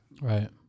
right